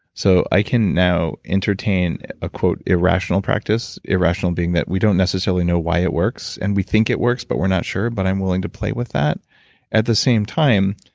so i can now entertain a quote irrational practice, irrational being that we don't necessarily know why it works, and we think it works, but we're not sure, but i'm willing to play with that at the same time,